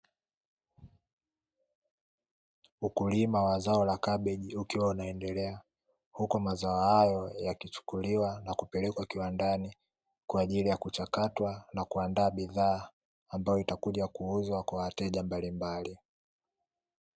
Ukulima wa zao la kabeji ukiwa unaendelea, huku mazao hayo yakichukuliwa na kupelekwa kiwandani kwa ajili ya kuchakatwa na kuandaa bidhaa ambayo itakuja kuuzwa kwa wateja mbalimbli.